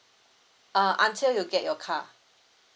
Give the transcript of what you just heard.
uh until you get your car